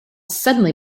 suddenly